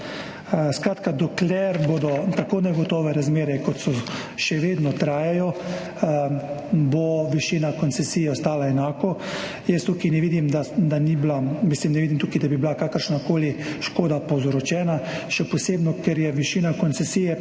Skratka, dokler bodo tako negotove razmere, kot še vedno trajajo, bo višina koncesije ostala enaka. Jaz tukaj ne vidim, da bi bila kakršnakoli škoda povzročena, še posebno, ker je višina koncesije večja,